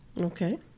okay